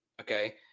okay